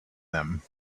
them